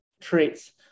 traits